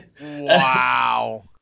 Wow